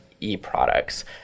e-products